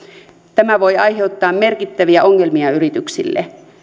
tämä voi aiheuttaa merkittäviä ongelmia yrityksille